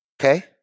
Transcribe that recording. Okay